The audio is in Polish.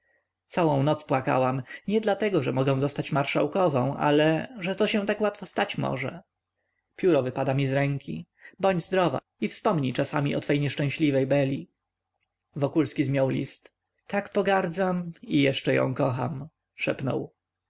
całą noc płakałam nie dlatego że mogę zostać marszałkową ale że się to tak łatwo stać może pióro wypada mi z ręki bądź zdrowa i wspomnij czasami o twej nieszczęśliwej beli wokulski zmiął list tak pogardzam i jeszcze ją kocham